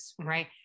right